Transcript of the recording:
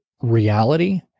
reality